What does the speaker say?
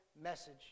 message